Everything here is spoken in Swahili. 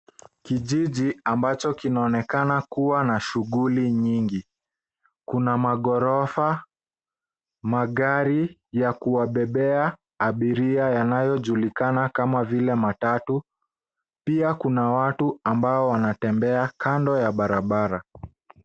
Kijiji ambacho kinaonekana kuwa na shughuli nyingi. Kuna magorofa, magari ya kuwabebea abiria yanayojulikana kama vile matatu. Pia kuna watu ambao wanatembea kando ya barabara.